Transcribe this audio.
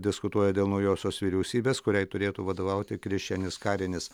diskutuoja dėl naujosios vyriausybės kuriai turėtų vadovauti krišjanis karinis